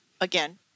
again